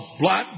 blood